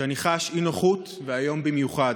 שאני חש אי-נוחות, והיום במיוחד.